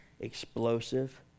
explosive